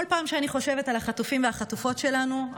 כל פעם שאני חושבת על החטופים והחטופות שלנו,